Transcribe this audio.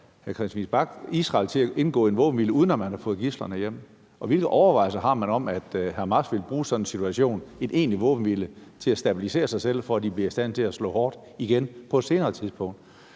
eksempelvis Israel til at indgå en våbenhvile, uden at man har fået gidslerne hjem? Og hvilke overvejelser har man om, at Hamas vil bruge sådan en situation med en egentlig våbenhvile til at stabilisere sig selv, for at de bliver i stand til at slå hårdt igen på et senere tidspunkt?